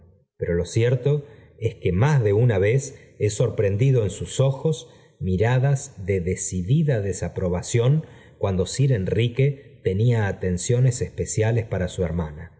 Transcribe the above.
pero lo cierto es que más de una vez he sorprendido en sus ojos miradas de decidida desaprobación cuando sir enrique tenía atenciones especiales para su hermana